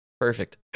Perfect